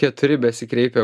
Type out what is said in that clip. keturi besikreipę